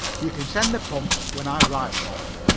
you can send the pumps when i write for them.